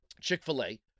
Chick-fil-A